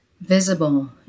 Visible